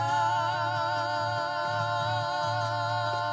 ah